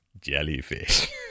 jellyfish